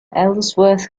ellsworth